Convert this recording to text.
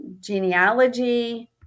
genealogy